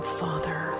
father